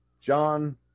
John